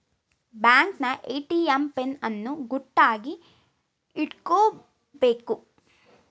ಬ್ಯಾಂಕಿನ ATM PIN ಅನ್ನು ಗುಟ್ಟಾಗಿ ಇಟ್ಕೊಬೇಕು